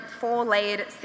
four-layered